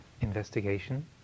investigation